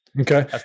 Okay